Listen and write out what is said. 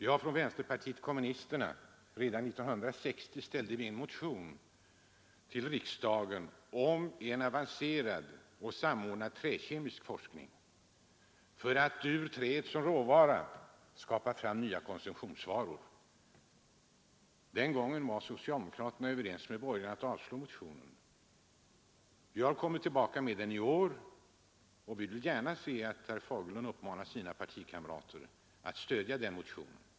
Vi kommunister väckte redan 1960 en motion i riksdagen om en avancerad och samordnad träkemisk forskning för att ur träet som råvara skapa nya konsumtionsvaror. Den gången var socialdemokraterna överens med borgarna om att avslå motionen. Vi har kommit tillbaka med motionen i år, och vi ser gärna att herr Fagerlund uppmanar sina partikamrater att stödja den.